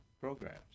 programs